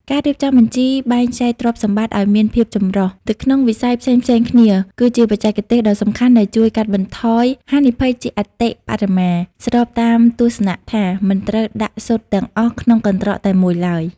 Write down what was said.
ការរៀបចំបញ្ជីបែងចែកទ្រព្យសម្បត្តិឱ្យមានភាពចម្រុះទៅក្នុងវិស័យផ្សេងៗគ្នា គឺជាបច្ចេកទេសដ៏សំខាន់ដែលជួយកាត់បន្ថយហានិភ័យជាអតិបរមា ស្របតាមទស្សនៈថា"មិនត្រូវដាក់ស៊ុតទាំងអស់ក្នុងកន្ត្រកតែមួយឡើយ"។